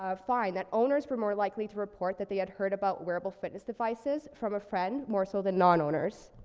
ah find that owners were more likely to report that they had heard about wearable fitness devices from a friend more so than non-owners.